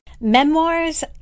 Memoirs